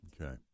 Okay